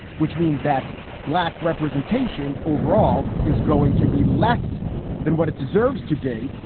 which means that black representation overall is going to be less than what it deserves to be.